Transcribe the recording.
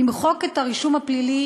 למחוק את הרישום הפלילי,